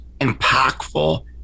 impactful